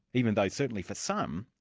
even though certainly for some,